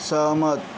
सहमत